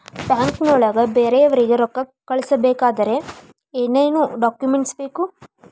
ಬ್ಯಾಂಕ್ನೊಳಗ ಬೇರೆಯವರಿಗೆ ರೊಕ್ಕ ಕಳಿಸಬೇಕಾದರೆ ಏನೇನ್ ಡಾಕುಮೆಂಟ್ಸ್ ಬೇಕು?